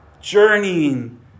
journeying